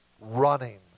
Running